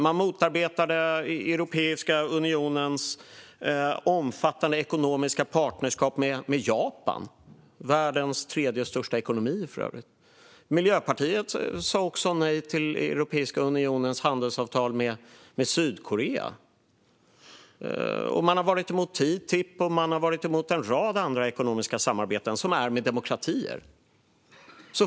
Man motarbetade Europeiska unionens omfattande ekonomiska partnerskap med Japan, som för övrigt är världens tredje största ekonomi. Miljöpartiet sa också nej till Europeiska unionens handelsavtal med Sydkorea. Man har varit emot TTIP och en rad andra ekonomiska samarbeten med demokratier.